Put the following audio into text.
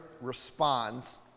responds